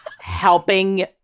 helping